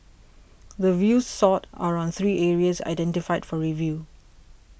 the views sought are on three areas identified for review